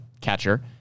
catcher